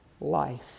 life